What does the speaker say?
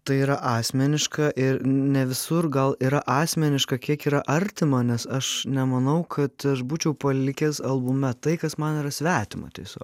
tai yra asmeniška ir ne visur gal yra asmeniška kiek yra artima nes aš nemanau kad aš būčiau palikęs albume tai kas man yra svetima tiesiog